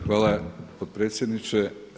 Hvala potpredsjedniče.